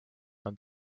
nad